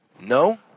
No